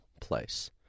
place